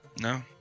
No